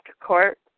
court